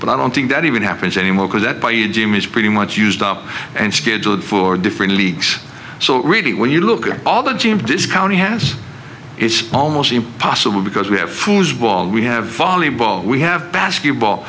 but i don't think that even happens anymore because that buy you dream is pretty much used up and scheduled for different leagues so really when you look at all the genes this county has it's almost impossible because we have fools ball we have folly ball we have basketball